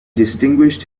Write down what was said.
distinguished